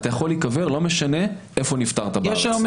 ולא משנה איפה בארץ נפטרת,